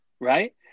Right